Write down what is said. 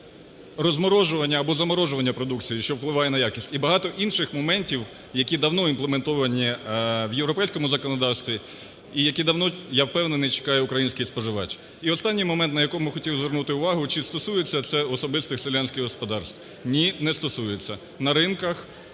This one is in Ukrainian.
розморожування або заморожування продукції, що впливає на якість, і багато інших моментів, які давно імплементовані в європейському законодавстві і які давно, я впевнений, чекає український споживач. І останні момент, на який хотів звернути увагу. Чи стосується це особистих селянських господарств? Ні, не стосується. На ринках